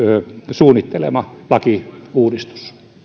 suunnittelema lakiuudistus